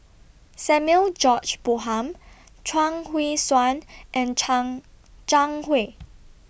Samuel George Bonham Chuang Hui Tsuan and Chuang Zhang Hui